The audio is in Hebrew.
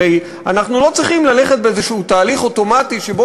הרי אנחנו לא צריכים ללכת באיזשהו תהליך אוטומטי שבו